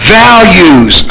values